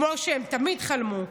" כמו שהם תמיד חלמו,